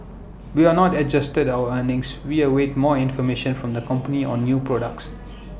we are not adjusted our earnings we await more information from the company on new products